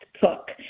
cook